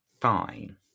fine